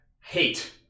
hate